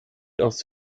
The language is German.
aus